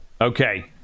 Okay